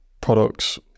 products